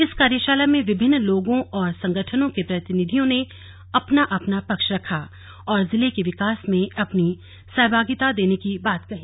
इस कार्यशाला में विभिन्न लोगों और संगठनों के प्रतिनिधियों ने अपना अपना पक्ष रखा और जिले के विकास में अपनी सहभागिता देने की बात कही